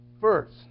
first